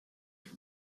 est